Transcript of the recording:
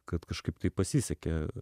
kad kažkaip tai pasisekė